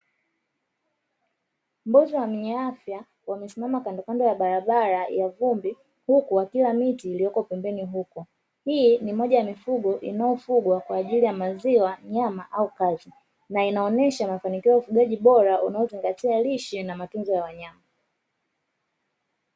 Mbuzi wenye afya wamesimama kandokando ya barabara huku wakila miti iliyopo pembeni huko. Hii ni moja ya mifugo inayofugwa kwa ajili ya maziwa, nyama au kazi. Na inaonyesha mafanikio ya ufugaji bora unaozingatia lishe na matunzo ya wanyama.